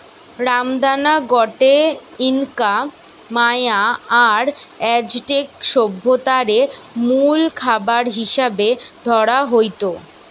রামদানা গটে Inca, Maya আর অ্যাজটেক সভ্যতারে মুল খাবার হিসাবে ধরা হইত